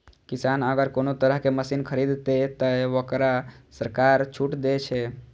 किसान अगर कोनो तरह के मशीन खरीद ते तय वोकरा सरकार छूट दे छे?